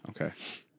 Okay